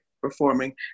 performing